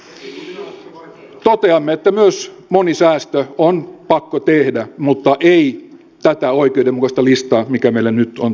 toteamme että myös moni säästö on pakko tehdä mutta ei tätä oikeudenmukaista listaa mikä meille nyt on tarjottu